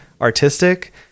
artistic